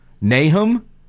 Nahum